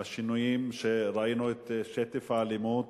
השינויים, וראינו את שטף האלימות